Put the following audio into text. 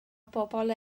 bobol